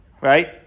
right